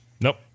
Nope